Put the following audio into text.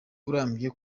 urambye